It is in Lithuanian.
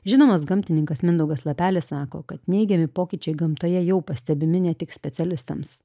žinomas gamtininkas mindaugas lapelė sako kad neigiami pokyčiai gamtoje jau pastebimi ne tik specialistams